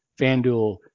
FanDuel